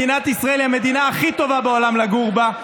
מדינת ישראל היא המדינה הכי טובה בעולם לגור בה,